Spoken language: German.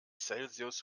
celsius